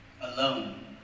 alone